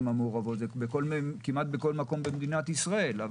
המעורבות וזה כמעט בכל מקום במדינת ישראל.